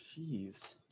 Jeez